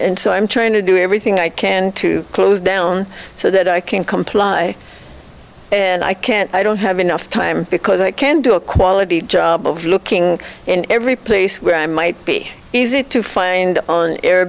and so i'm trying to do everything i can to close down so that i can comply and i can't i don't have enough time because i can do a quality job of looking in every place where i might be easy to find on air